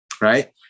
right